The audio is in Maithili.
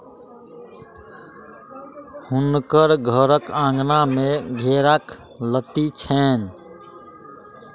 हुनकर घरक आँगन में घेराक लत्ती छैन